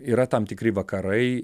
yra tam tikri vakarai